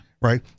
Right